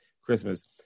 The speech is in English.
Christmas